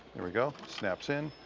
there we go. snaps in.